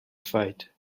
fight